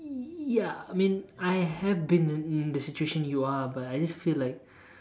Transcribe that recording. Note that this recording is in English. ya mean I have been in in the situation you are but I just feel like